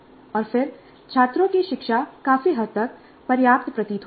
और फिर छात्रों की शिक्षा काफी हद तक पर्याप्त प्रतीत होती है